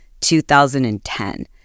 2010